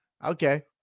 Okay